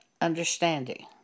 understanding